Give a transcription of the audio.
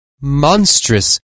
monstrous